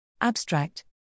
Abstract